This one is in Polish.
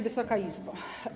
Wysoka Izbo!